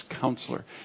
Counselor